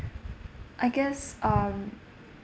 I guess um